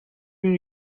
been